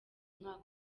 umwaka